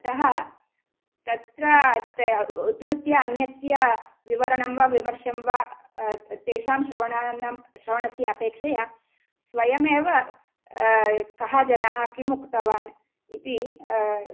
अतः तत्र उद्धृत्य अन्यस्य विवरणं वा विमर्शं वा तेषां श्रवणानां श्रवणस्य अपेक्षया स्वयमेव कः जनाः किं उक्तवान् इति